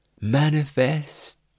manifest